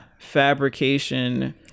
fabrication